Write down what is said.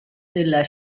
della